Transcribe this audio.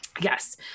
Yes